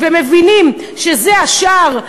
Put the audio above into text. ומבינים שזה השער,